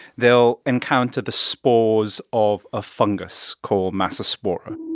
they'll encounter the spores of a fungus called massospora.